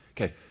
Okay